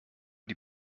die